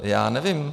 Já nevím.